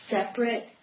separate